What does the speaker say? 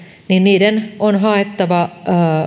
niiden on joko haettava